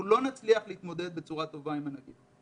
אנחנו לא נצליח להתמודד בצורה טובה עם הנגיף.